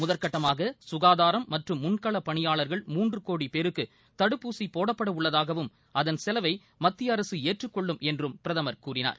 முதல்கட்டமாக சுகாதாரம் மற்றும் முன்களப் பணியாளர்கள் மூன்று கோடி பேருக்கு தடுப்பூசி போடப்பட உள்ளதாகவும் அதன் செலவை மத்திய அரசு ஏற்றுக்கொள்ளும் என்றும் பிரதமர் கூறினார்